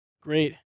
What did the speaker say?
Great